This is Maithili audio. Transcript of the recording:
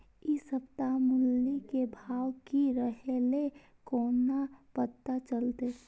इ सप्ताह मूली के भाव की रहले कोना पता चलते?